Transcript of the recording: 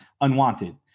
Unwanted